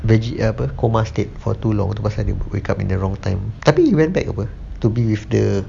veggie apa coma state for too long tu pasal dia wake up in the wrong time tapi he went back apa to be with the